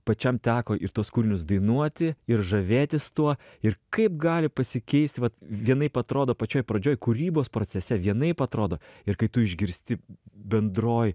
pačiam teko ir tuos kūrinius dainuoti ir žavėtis tuo ir kaip gali pasikeisti vat vienaip atrodo pačioj pradžioj kūrybos procese vienaip atrodo ir kai tu išgirsti bendroj